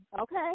okay